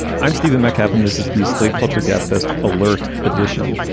i'm stephen metcalf and this is the slate culture gabfest alert edition.